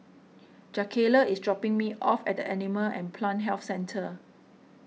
Jakayla is dropping me off at the Animal and Plant Health Centre